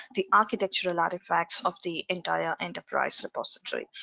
the architectural artifacts of the entire enterprise repository.